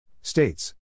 states